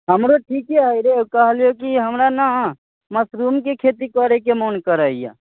हमरो ठीके हइ रे कहलियौ कि हमरा ने मशरूमके खेती करयके मोन करैए